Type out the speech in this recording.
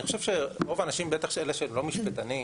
אני חושב שרוב האנשים בטח אלה שהם לא משפטנים,